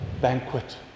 banquet